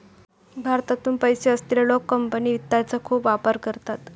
भारतातून पैसे असलेले लोक कंपनी वित्तचा खूप वापर करतात